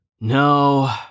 No